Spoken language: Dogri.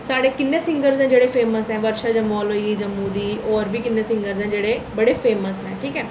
साढ़े किन्ने सींगर न जेह्ड़े फेमस न वर्शा जम्बाल होई गेई जम्मू दी होर बी किन्ने सींगर न जेह्ड़े फेमस न ठीक ऐ